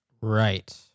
Right